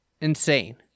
insane